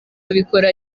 akabikora